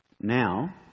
now